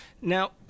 Now